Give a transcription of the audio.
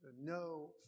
no